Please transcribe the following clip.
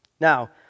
Now